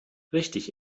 richtig